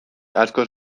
askoz